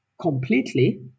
completely